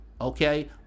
okay